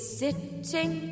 sitting